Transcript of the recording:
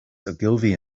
ogilvy